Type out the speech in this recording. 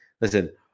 listen